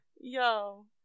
Yo